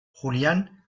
julian